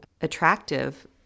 attractive